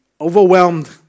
overwhelmed